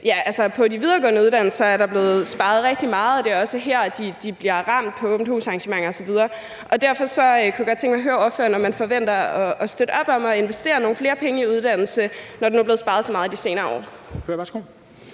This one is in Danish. på de videregående uddannelser er der blevet sparet rigtig meget, og det er også her, at de bliver ramt med hensyn til åbent hus-arrangementer osv. Derfor kunne jeg godt tænke mig høre ordføreren, om man forventer at kunne støtte op om at investere nogle penge i uddannelse, når der nu er blevet sparet så meget i de senere år.